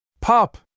Pop